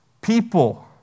people